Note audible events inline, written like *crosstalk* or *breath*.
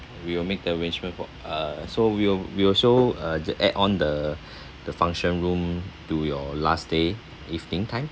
we will make the arrangement for uh so we will we will so uh j~ add on the *breath* the function room to your last day evening time